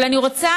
אבל אני רוצה,